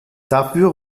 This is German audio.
dafür